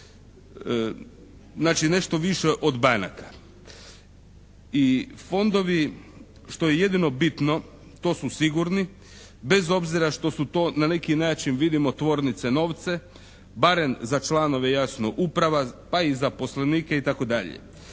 Znači nešto više od banaka. I fondovi, što je jedino bitno, to su sigurni, bez obzira što su to na neki način, vidimo tvornice novce, barem za članove jasno uprava, pa i zaposlenike itd.